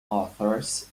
authors